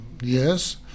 Yes